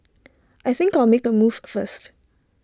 I think I'll make A move first